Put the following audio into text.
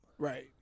Right